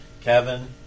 Kevin